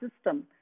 system